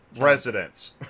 residents